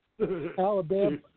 Alabama